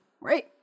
right